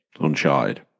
Uncharted